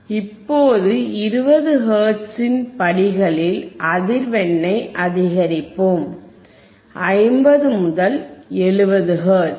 இப்போது 20 ஹெர்ட்ஸின் படிகளில் அதிர்வெண்ணை அதிகரிப்போம் 50 முதல் 70 ஹெர்ட்ஸ்